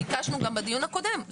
ביקשנו גם בדיון הקודם.